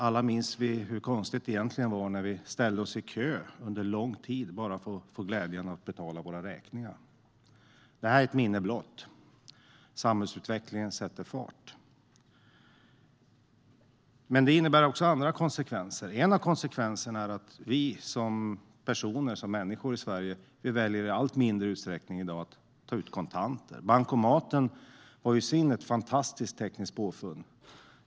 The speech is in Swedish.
Alla minns vi hur konstigt det egentligen var när vi ställde oss i kö under lång tid bara för att få glädjen att betala våra räkningar. Det är ett minne blott. Samhällsutvecklingen sätter fart. Men det innebär också andra konsekvenser. En av konsekvenserna är att vi människor i Sverige i allt mindre utsträckning väljer att ta ut kontanter. Bankomaten var ett fantastiskt tekniskt påfund.